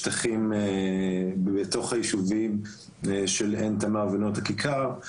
שטחים בתוך היישובים של עין תמר ונאות הכיכר,